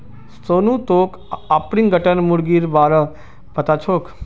सोनू तोक ऑर्पिंगटन मुर्गीर बा र पता छोक